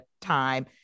time